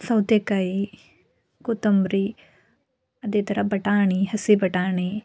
ಸೌತೆಕಾಯಿ ಕೊತ್ತಂಬರಿ ಅದೇ ಥರ ಬಟಾಣಿ ಹಸಿ ಬಟಾಣಿ